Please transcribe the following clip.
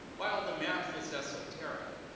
while the math is esoteric,